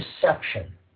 deception